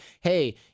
hey